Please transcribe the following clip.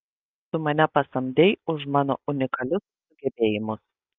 tu mane pasamdei už mano unikalius sugebėjimus